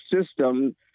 system